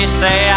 say